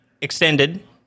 extended